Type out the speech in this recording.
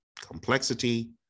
Complexity